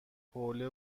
حوله